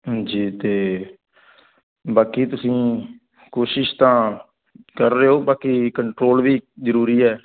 ਹਾਂਜੀ ਅਤੇ ਬਾਕੀ ਤੁਸੀਂ ਕੋਸ਼ਿਸ਼ ਤਾਂ ਕਰ ਰਹੇ ਹੋ ਬਾਕੀ ਕੰਟਰੋਲ ਵੀ ਜ਼ਰੂਰੀ ਹੈ